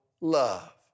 love